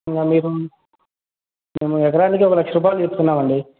వలేరు మేము ఎకరానికి ఒక లక్ష రూపాయలు చెప్తున్నామండీ